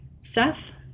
Seth